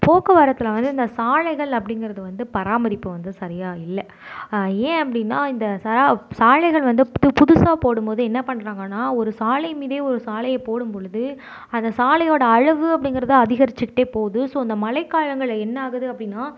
போக்குவரத்தில் வந்து இந்த சாலைகள் அப்படிங்குறது வந்து பராமரிப்பு வந்து சரியாக இல்லை ஏன் அப்படினா இந்த சாலைகள் வந்து புதுசாக போடும் போது என்னா பண்றாங்கன்னா ஒரு சாலை மீதே ஒரு சாலையை போடும் பொழுது அந்த சாலையோட அளவு அப்படிங்குறது அதிகரித்துக்கிட்டு போகுது ஸோ இந்த மழை காலங்களில் என்ன ஆகுது அப்படினா